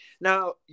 Now